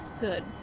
Good